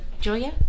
Julia